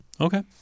Okay